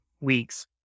weeks